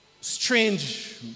strange